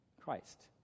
Christ